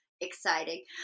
exciting